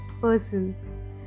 person